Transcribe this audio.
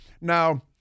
Now